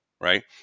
right